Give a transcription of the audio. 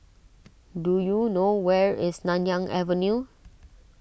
do you know where is Nanyang Avenue